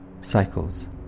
cycles